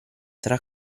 tra